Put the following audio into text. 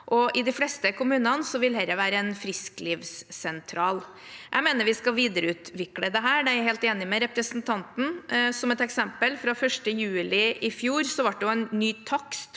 I de fleste kommunene vil dette være en frisklivssentral. Jeg mener vi skal videreutvikle dette. Der er jeg helt enig med representanten. Som et eksempel: Fra 1. juli i fjor ble det en ny takst